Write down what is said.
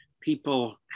people